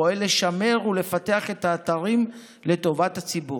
פועלת לשמר ולפתח את האתרים לטובת הציבור.